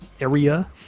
Area